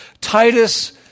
Titus